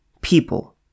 people